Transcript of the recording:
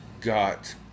got